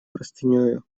простынею